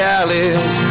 alleys